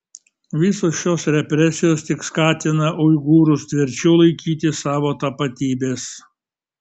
visos šios represijos tik skatina uigūrus tvirčiau laikytis savo tapatybės